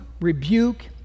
rebuke